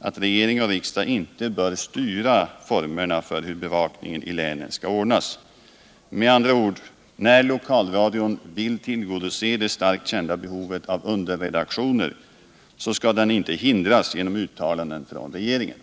att regering och riksdag inte bör styra formerna för hur bevakningen i länen skall ordnas. Med andra ord: När lokalradion vill tillgodose det starkt kända behovet av underredaktioner, skall den inte hindras genom uttalanden från regeringen.